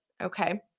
Okay